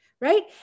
Right